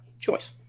choice